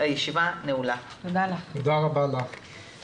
הישיבה ננעלה בשעה 10:54.